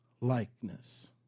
likeness